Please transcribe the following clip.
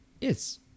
yes